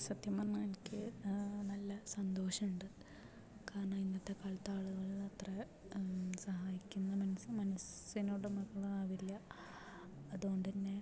സത്യം പറഞ്ഞാൽ എനിക്ക് നല്ല സന്തോഷമുണ്ട് കാരണം ഇന്നത്തെ കാലത്ത് ആളുകളത്ര സഹായിക്കുന്ന മനസ്സ് മനസ്സിന് ഉടമകളാവില്ല അതുകൊണ്ടു തന്നെ